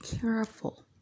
careful